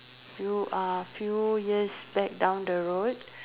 you are few years back down the road